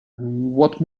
what